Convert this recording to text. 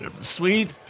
Sweet